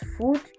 food